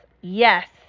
yes